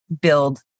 build